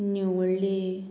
निवळ्ळे